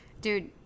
Dude